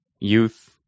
youth